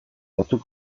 batzuk